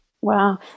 Wow